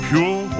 Pure